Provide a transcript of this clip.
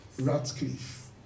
Ratcliffe